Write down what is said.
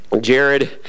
Jared